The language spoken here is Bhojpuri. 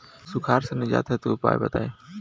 सुखार से निजात हेतु उपाय बताई?